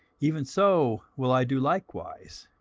even so will i do likewise.